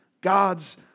God's